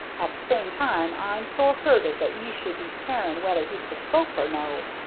at the same time, i'm sore hurted that ye should be caring whether he's bespoke or no.